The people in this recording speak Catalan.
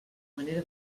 manera